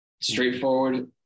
straightforward